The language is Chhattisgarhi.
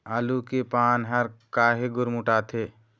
आलू के पान हर काहे गुरमुटाथे?